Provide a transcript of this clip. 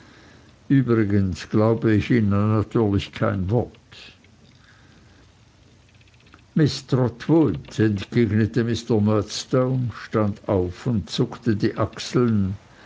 übrigens glaube ich ihnen natürlich kein wort miß trotwood entgegnete mr murdstone stand auf und zuckte die achseln